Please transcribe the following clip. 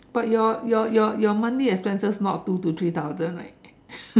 but your your your your monthly expenses not two to three thousand right